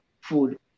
food